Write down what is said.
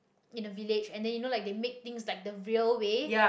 in a village and then you know like they make things like the real way